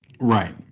Right